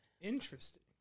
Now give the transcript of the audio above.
Interesting